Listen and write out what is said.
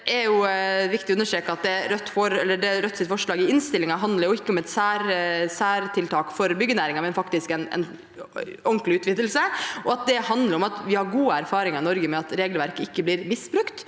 Det er viktig å understreke at Rødts forslag i innstillingen ikke handler om et særtiltak for byggenæringen, men faktisk om en ordentlig utvidelse, og at det handler om at vi har gode erfaringer i Norge med at regelverket ikke blir misbrukt,